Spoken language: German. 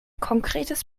konkretes